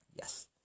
Yes